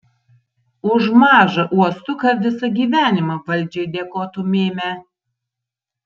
už mažą uostuką visą gyvenimą valdžiai dėkotumėme